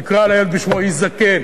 נקרא לילד בשמו: איש זקן.